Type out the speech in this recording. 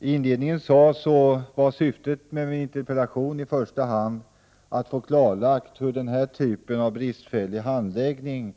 sade tidigare var syftet med min interpellation i första hand att få klarlagt hur denna typ av bristfällig handläggning